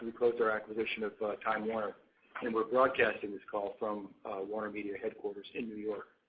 we closed our acquisition of time warner and we're broadcasting this call from warnermedia headquarters in new york.